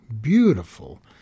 beautiful